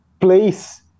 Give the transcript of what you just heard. place